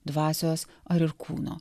dvasios ar ir kūno